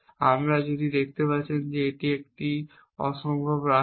আবার আপনি দেখতে পাচ্ছেন যে এটি একটি অসম্ভব রাষ্ট্র